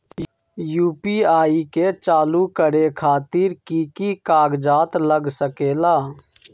UPI के चालु करे खातीर कि की कागज़ात लग सकेला?